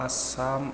Assam